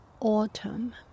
autumn